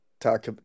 Talk